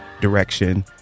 direction